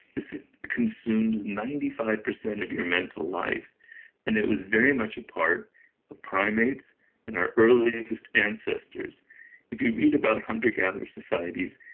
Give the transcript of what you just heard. it consumes ninety five percent of your mental life and it was very much ah part of primates and our earliest ancestors if you read about hunter gatherers societies,